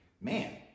man